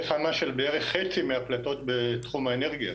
חממה של בערך חצי מהפליטות בתחום האנרגיה.